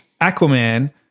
Aquaman